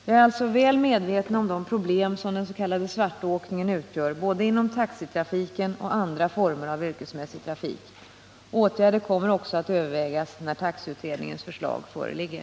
Jag är alltså väl medveten om de problem som den s.k. svartåkningen utgör inom både taxitrafiken och andra former av yrkesmässig trafik. Åtgärder kommer också att övervägas när taxiutredningens förslag föreligger.